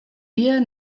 wir